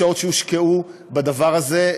מספר השעות שהושקעו בדבר הזה,